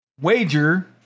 wager